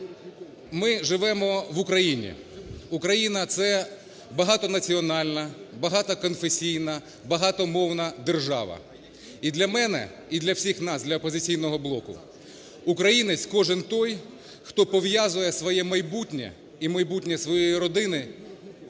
Ми живемо в Україні. Україна – це багатонаціональна, багатоконфесійна, багатомовна держава. І для мене, і для всіх нас, для "Опозиційного блоку", українець кожен – той, хто пов'язує своє майбутнє і майбутнє своєї родини